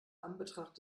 anbetracht